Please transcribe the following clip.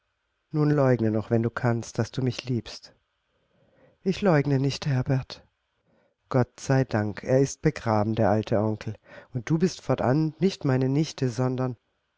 nun leugne noch wenn du kannst daß du mich liebst ich leugne nicht herbert gott sei dank er ist begraben der alte onkel und du bist fortan nicht meine nichte sondern